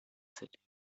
setting